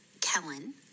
Kellen